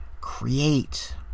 create